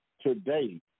today